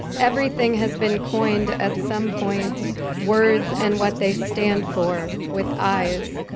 everything has been coined at some point words and what they stand for. with eyes.